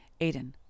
Aiden